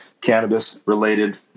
cannabis-related